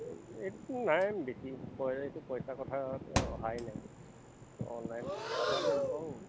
এইটো নাই বেছি এইটো পইচা কথা অহাই নাই অনলাইন ল'ব আৰু